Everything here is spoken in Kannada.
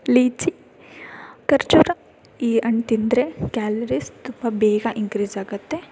ಲೀಚಿ ಖರ್ಜೂರ ಈ ಹಣ್ ತಿಂದರೆ ಕ್ಯಾಲರೀಸ್ ತುಂಬ ಬೇಗ ಇನ್ಕ್ರೀಜ್ ಆಗುತ್ತೆ